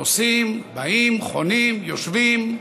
נוסעים, באים, חונים, יושבים,